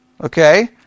Okay